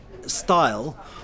style